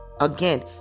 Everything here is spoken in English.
again